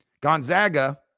Gonzaga